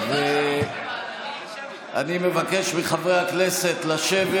אני מבקש מחברי הכנסת לשבת.